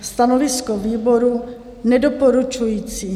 Stanovisko výboru nedoporučující.